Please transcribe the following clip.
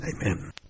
Amen